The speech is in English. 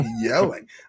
yelling